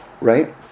right